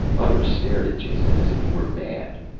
others stared at jason as if he were mad.